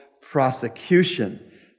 prosecution